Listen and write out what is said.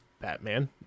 batman